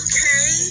Okay